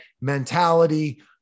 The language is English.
mentality